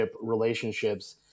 relationships